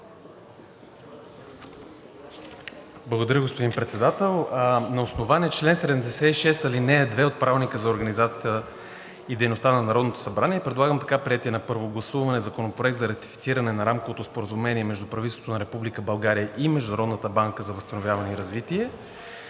Благодаря, господин Председател. На основание чл. 76, ал. 2 от Правилника за организацията и дейността на Народното събрание, предлагам така приетият на първо гласуване Законопроект за ратифициране на рамковото споразумение между правителството на Република България и Международната банка за възстановяване и развитие